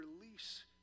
release